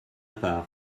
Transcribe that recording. part